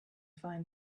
find